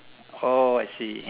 oh I see